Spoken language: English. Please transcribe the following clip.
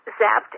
zapped